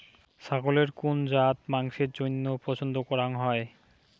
ছাগলের কুন জাত মাংসের জইন্য পছন্দ করাং হই?